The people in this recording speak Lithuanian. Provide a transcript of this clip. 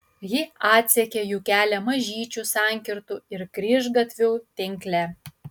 ji atsekė jų kelią mažyčių sankirtų ir kryžgatvių tinkle